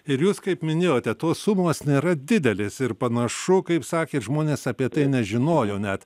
ir jūs kaip minėjote tos sumos nėra didelės ir panašu kaip sakėt žmonės apie tai nežinojo net